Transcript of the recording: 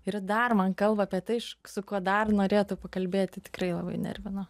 ir dar man kalba apie tai su kuo dar norėtų pakalbėti tikrai labai nervino